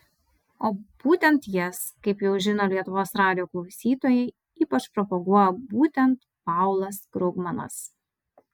o būtent jas kaip jau žino lietuvos radijo klausytojai ypač propaguoja būtent paulas krugmanas